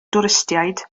dwristiaid